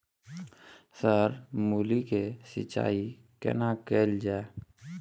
Sir मूली के सिंचाई केना कैल जाए?